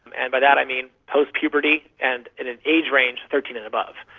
and by that i mean post-puberty and in an age-range thirteen and above.